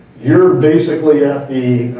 you're basically at the,